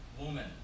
woman